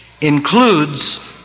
includes